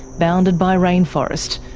bounded by rainforest,